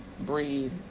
breathe